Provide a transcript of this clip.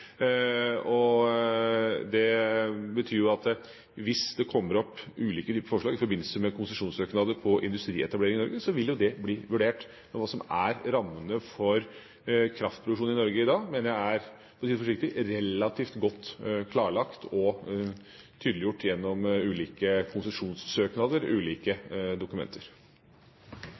tydelig. Det betyr at hvis det kommer opp ulike typer forslag i forbindelse med konsesjonssøknader om industrietablering i Norge, så vil jo det bli vurdert. Men hva som er rammene for kraftproduksjon i Norge i dag, mener jeg, for å si det forsiktig, er relativt godt klarlagt og tydeliggjort gjennom ulike konsesjonssøknader og ulike dokumenter.